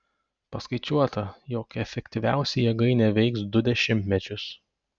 paskaičiuota jog efektyviausiai jėgainė veiks du dešimtmečius